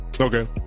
Okay